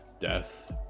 Death